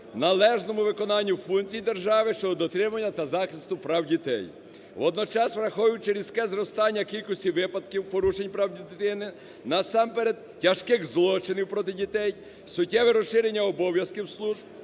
належному виконанню функцій держави щодо дотримання та захисту прав дітей. Водночас, враховуючи різке зростання кількості випадків порушень прав дитини, насамперед, тяжких злочинів проти дітей, суттєве розширення обов'язків Служб